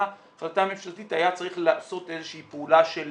החלטה ממשלתית היה צריך לעשות איזושהי פעולה של